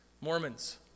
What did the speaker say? Mormons